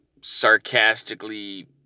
sarcastically